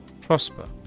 prosper